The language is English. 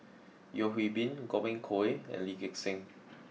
Yeo Hwee Bin Godwin Koay and Lee Gek Seng